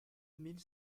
mille